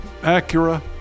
Acura